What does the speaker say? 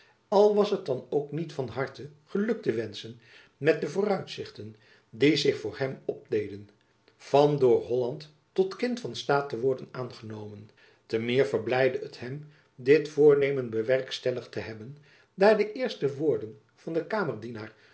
al was het dan ook niet van harte geluk te wenschen met de vooruitzichten die zich voor hem opdeden van door holland tot kind van staat te worden aangenomen te meer verblijdde het hem dit voornemen bewerkstelligd te hebben daar de eerste woorden van den